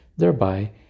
thereby